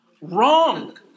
Wrong